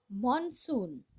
Monsoon